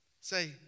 Say